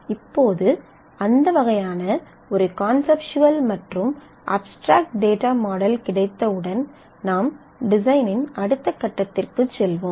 இப்போது அந்த வகையான ஒரு கான்செப்ட்வல் மற்றும் அப்ஸ்ட்ராக்ட் டேட்டா மாடல் கிடைத்தவுடன் நாம் டிசைன் இன் அடுத்த கட்டத்திற்குச் செல்வோம்